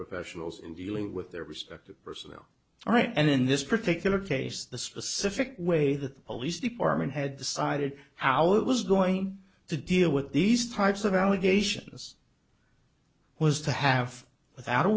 professionals in dealing with their respective personnel all right and in this particular case the specific way that the police department had decided how it was going to deal with these types of allegations was to have without a